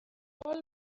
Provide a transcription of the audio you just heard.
pearl